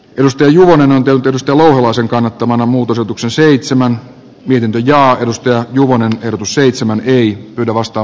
risto juvonen tutustua sen kannattamana muutosutuksen seitsemän wilde ja edustaja juvonen seitsemän ei ota vastaan